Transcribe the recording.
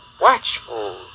watchful